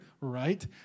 right